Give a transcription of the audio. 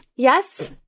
Yes